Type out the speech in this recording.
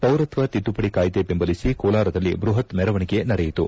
ಪೌರತ್ವ ತಿದ್ದುಪಡಿ ಕಾಯ್ದೆ ಬೆಂಬಲಿಸಿ ಕೋಲಾರದಲ್ಲಿ ಬೃಪತ್ ಮೆರವಣಿಗೆ ನಡೆಯಿತು